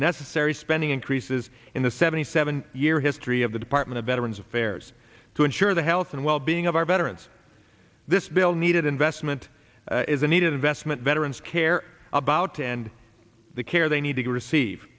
necessary spending increases in the seventy seven year history of the department of veterans affairs to ensure the health and well being of our veterans this bill needed investment is a needed investment veterans care about and the care they need to go receive